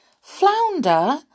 Flounder